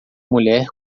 mulher